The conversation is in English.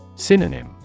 Synonym